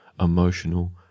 emotional